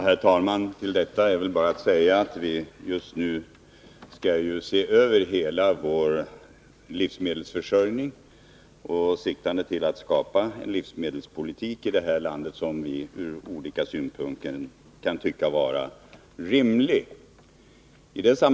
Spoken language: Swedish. Herr talman! Till detta är väl bara att säga att vi just nu skall se över hela vår livsmedelsförsörjning, i syfte att skapa en livsmedelspolitik som vi ur olika synpunkter kan anse rimlig.